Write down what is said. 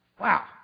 Wow